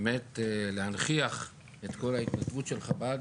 באמת להנכיח את כל ההתנדבות של חב"ד.